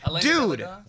Dude